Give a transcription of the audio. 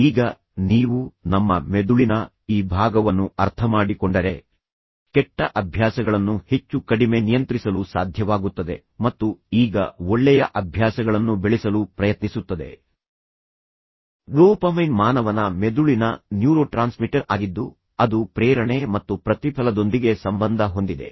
ಈಗ ನೀವು ನಮ್ಮ ಮೆದುಳಿನ ಈ ಭಾಗವನ್ನು ಅರ್ಥಮಾಡಿಕೊಂಡರೆ ಕೆಟ್ಟ ಅಭ್ಯಾಸಗಳನ್ನು ಹೆಚ್ಚು ಕಡಿಮೆ ನಿಯಂತ್ರಿಸಲು ಸಾಧ್ಯವಾಗುತ್ತದೆ ಮತ್ತು ಈಗ ಒಳ್ಳೆಯ ಅಭ್ಯಾಸಗಳನ್ನು ಬೆಳೆಸಲು ಪ್ರಯತ್ನಿಸುತ್ತದೆ ಡೋಪಮೈನ್ ಮಾನವನ ಮೆದುಳಿನ ನ್ಯೂರೋಟ್ರಾನ್ಸ್ಮಿಟರ್ ಆಗಿದ್ದು ಅದು ಪ್ರೇರಣೆ ಮತ್ತು ಪ್ರತಿಫಲದೊಂದಿಗೆ ಸಂಬಂಧ ಹೊಂದಿದೆ